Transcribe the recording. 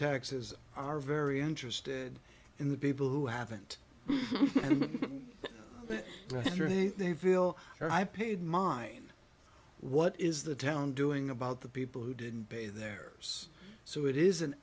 taxes are very interested in the people who haven't read anything feel or i paid mine what is the town doing about the people who didn't pay there so it is an